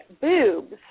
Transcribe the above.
boobs